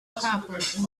happen